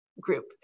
group